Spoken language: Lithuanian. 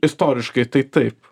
istoriškai tai taip